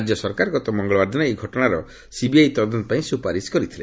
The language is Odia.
ରାଜ୍ୟ ସରକାର ଗତ ମଙ୍ଗଳବାର ଦିନ ଏହି ଘଟଣାର ସିବିଆଇ ତଦନ୍ତ ପାଇଁ ସୁପାରିସ୍ କରିଥିଲେ